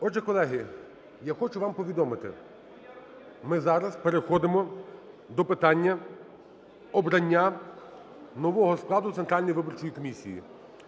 Отже, колеги, я хочу вам повідомити, ми зараз переходимо до питання обрання нового складу Центральної виборчої комісії.